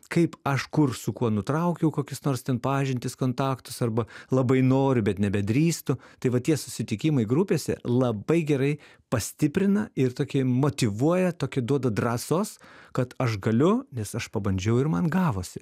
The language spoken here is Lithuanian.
kaip aš kur su kuo nutraukiau kokius nors ten pažintis kontaktus arba labai noriu bet nebedrįstu tai va tie susitikimai grupėse labai gerai pastiprina ir tokį motyvuoja tokį duoda drąsos kad aš galiu nes aš pabandžiau ir man gavosi